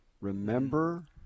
Remember